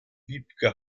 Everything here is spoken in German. wiebke